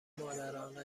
مادرانه